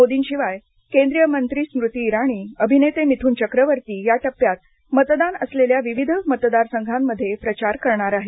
मोदींशिवाय केंद्रीय मंत्री स्मृती इराणी अभिनेते मिथून चक्रवर्ती या टप्प्यात मतदान असलेल्या विविध मतदार संघांमध्ये प्रचार करणार आहेत